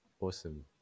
awesome